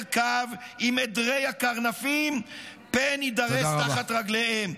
קו עם עדרי הקרנפים פן יידרס תחת רגליהם.